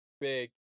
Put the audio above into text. big